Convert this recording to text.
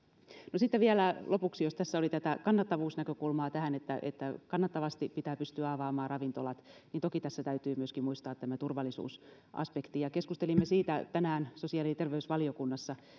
sitten vielä lopuksi jos tässä oli tähän tätä kannattavuusnäkökulmaa että että kannattavasti pitää pystyä avaamaan ravintolat niin toki tässä täytyy myöskin muistaa tämä turvallisuusaspekti keskustelimme siitä tänään myöskin sosiaali ja terveysvaliokunnassa